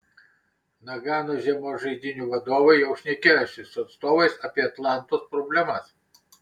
nagano žiemos žaidynių vadovai jau šnekėjosi su atstovais apie atlantos problemas